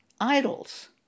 Idols